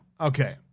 Okay